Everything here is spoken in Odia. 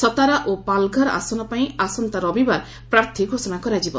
ସତାରା ଓ ପାଲଘର ଆସନ ପାଇଁ ଆସନ୍ତା ରବିବାର ପ୍ରାର୍ଥୀ ଘୋଷଣା କରାଯିବ